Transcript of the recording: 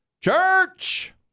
church